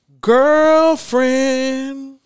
Girlfriend